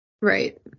Right